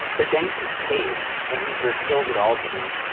but then he caves and he reveals it all to me